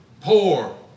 poor